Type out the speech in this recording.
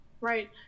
Right